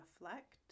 reflect